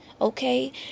okay